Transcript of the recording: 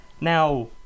Now